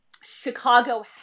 Chicago